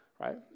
right